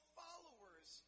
followers